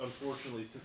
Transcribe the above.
unfortunately